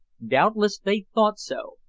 doubtless they thought so,